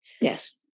Yes